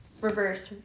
reversed